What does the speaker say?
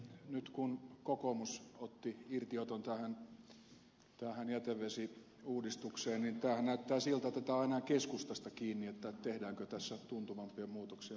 nyt kun kokoomus otti irtioton tähän jätevesiuudistukseen niin tämähän näyttää siltä että tämä on enää keskustasta kiinni tehdäänkö tässä tuntuvampia muutoksia vai ei